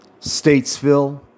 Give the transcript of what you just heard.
Statesville